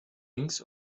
links